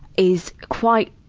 is quite,